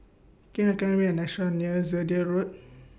Can YOU recommend Me A Restaurant near Zehnder Road